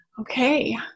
Okay